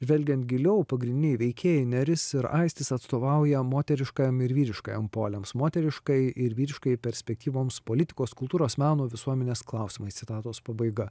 žvelgiant giliau pagrindiniai veikėjai nėris ir aistis atstovauja moteriškajam ir vyriškajam poliams moteriškai ir vyriškai perspektyvoms politikos kultūros meno visuomenės klausimai citatos pabaiga